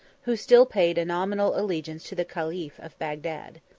who still paid a nominal allegiance to the caliph of bagdad.